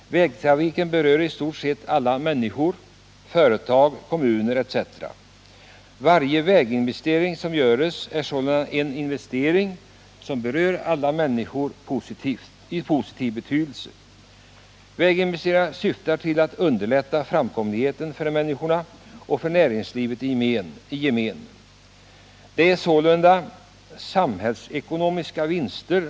Vägtrafiken berör i stort sett alla människor, företag och kommuner. Varje väginvestering berör därför alla människor positivt. Väginvesteringarna syftar till att underlätta framkomligheten för människorna och för näringslivet. Varje väginvestering ger sålunda samhällsekonomiska vinster.